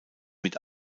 mit